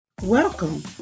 Welcome